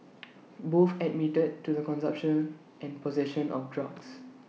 both admitted to the consumption and possession of drugs